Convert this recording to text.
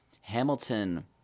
Hamilton